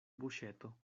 buŝeto